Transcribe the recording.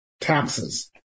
taxes